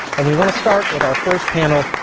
and we want to start with our first panel,